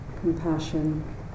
compassion